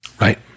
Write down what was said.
Right